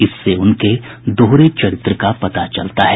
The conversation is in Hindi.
इससे उनके दोहरे चरित्र का पता चलता है